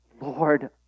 Lord